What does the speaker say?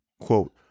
Quote